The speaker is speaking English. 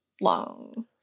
Long